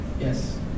Yes